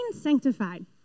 sanctified